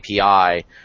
API